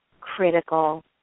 critical